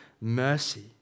mercy